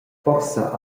forsa